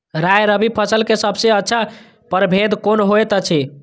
राय रबि फसल के सबसे अच्छा परभेद कोन होयत अछि?